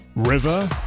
River